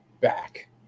back